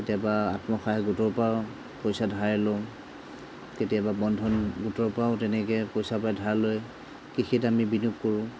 কেতিয়াবা আত্মসহায়ক গোটৰ পৰাও পইচা ধাৰে লওঁ কেতিয়াবা বন্ধন গোটৰ পৰাও তেনেকৈ পইচা পাতি ধাৰ লৈ কৃষিত আমি বিনিয়োগ কৰোঁ